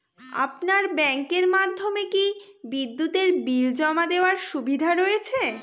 আপনার ব্যাংকের মাধ্যমে কি বিদ্যুতের বিল জমা দেওয়ার সুবিধা রয়েছে?